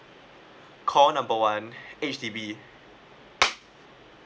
call number one H_D_B